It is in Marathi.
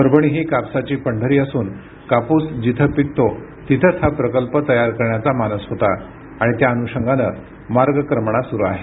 परभणी ही कापसाची पंढरी असून कापूस जिथं पिकतो तिथंच हा प्रकल्प तयार करण्याचा मानस होता आणि त्या अनुषंगाने मार्गक्रमणा सुरु आहे